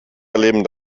erleben